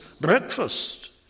breakfast